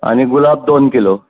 आनी गुलाब दोन किलो